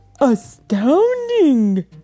Astounding